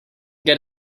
get